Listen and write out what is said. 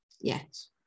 Yes